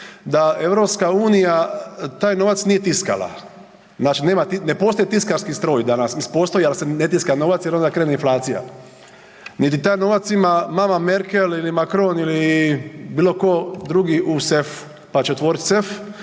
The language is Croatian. da EU taj novac nije tiskala, znači ne postoji tiskarski stroj danas, mislim postoji ali se ne tiska novac jer onda krene inflacija, niti taj novac ima mama Merkel ili Macron ili bilo tko drugi u sefu, pa će otvoriti